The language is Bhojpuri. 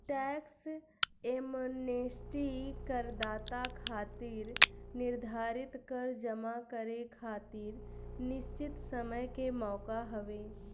टैक्स एमनेस्टी करदाता खातिर निर्धारित कर जमा करे खातिर निश्चित समय के मौका हवे